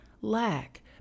lack